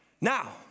Now